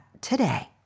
today